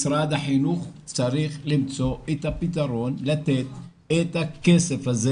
משרד החינוך צריך למצוא את הפתרון ולתת את הכסף הזה